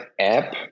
app